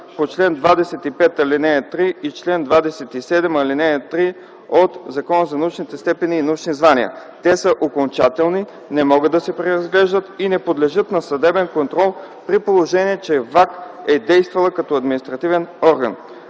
по чл. 25, ал. 3 и чл. 27, ал. 3 от Закона за научните степени и научните звания. Те са окончателни, не могат да се преразглеждат и не подлежат на съдебен контрол, при положение че ВАК е действала като административен орган.